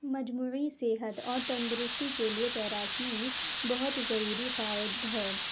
مجموعی صحت اور تندرستی کے لیے تیراکی بہت ضروری فائد ہے